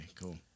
cool